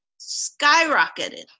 skyrocketed